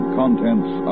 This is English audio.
contents